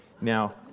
Now